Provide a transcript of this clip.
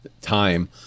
time